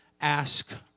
ask